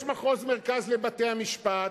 יש מחוז מרכז לבתי-המשפט,